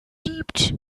gibt